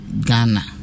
Ghana